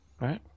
Right